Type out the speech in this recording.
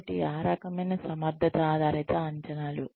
కాబట్టి ఆ రకమైన సమర్థత ఆధారిత అంచనాలు